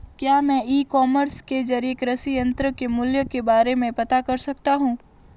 क्या मैं e commerce के ज़रिए कृषि यंत्र के मूल्य के बारे में पता कर सकता हूँ?